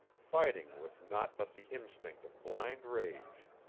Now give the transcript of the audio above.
fighting with naught but the instinct of blind rage.